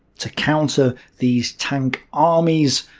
to counter these tank armies,